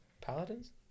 Paladins